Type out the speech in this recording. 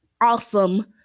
awesome